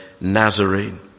Nazarene